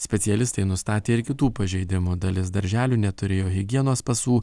specialistai nustatė ir kitų pažeidimų dalis darželių neturėjo higienos pasų